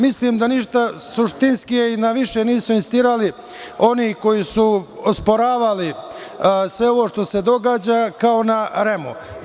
Mislim da ništa suštinskije i na više nisu insistirali oni koji su osporavali sve ovo što se događa sa REM-om.